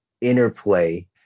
interplay